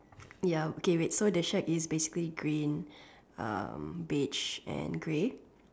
ya okay wait so the shack is basically green beige and grey